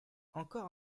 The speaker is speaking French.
encore